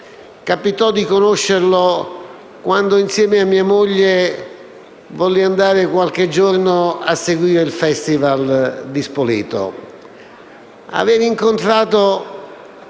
capitò di conoscerlo quando, insieme a mia moglie, volli andare qualche giorno a seguire il festival di Spoleto. Aver incontrato